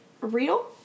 real